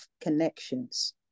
connections